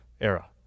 era